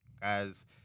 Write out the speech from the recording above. guys